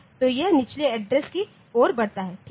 तो यह निचले एड्रेस की ओर बढ़ता है ठीक है